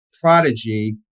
Prodigy